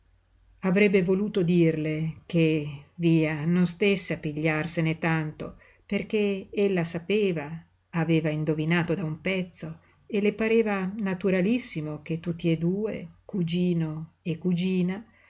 avrebbe voluto dirle che via non stésse a pigliarsene tanto perché ella sapeva aveva indovinato da un pezzo e le pareva naturalissimo che tutti e due cugino e cugina